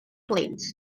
plans